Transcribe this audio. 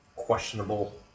questionable